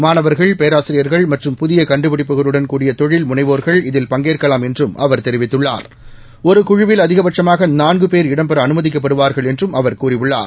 மாணவர்கள் பேராசிரியர்கள் மற்றும் புதிய கண்டுபிடிப்புகளுடன் கூடிய தொழில்முனைவோர்கள் இதில் பங்கேற்கலாம் என்றும் அவர் தொவித்துள்ளார் ஒரு குழுவில் அதிகபட்சமாக நான்கு பேர் இடம்பெற அனுமதிக்கப்படுவார்கள் என்றும் அவா் கூறியுள்ளார்